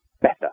better